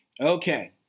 Okay